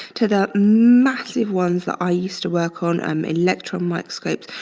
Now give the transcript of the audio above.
to the massive ones that i used to work on, um electron microscopes,